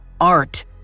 art